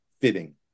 fitting